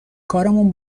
کارمون